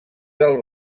del